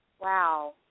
Wow